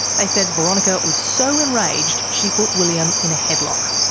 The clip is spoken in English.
they said boronika was so enraged she put william in a headlock.